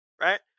Right